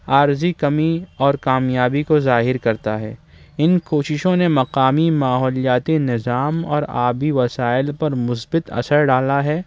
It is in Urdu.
عارضی کمی اور کامیابی کو ظاہر کرتا ہے ان کوششوں نے مقامی ماحولیاتی نظام اور آبی وسائل پر مثبت اثر ڈالا ہے